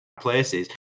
places